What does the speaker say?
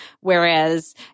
Whereas